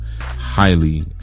highly